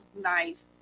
nice